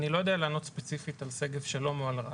אני לא יודע לענות ספציפית על שגב שלום או על רהט,